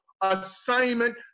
assignment